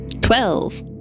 Twelve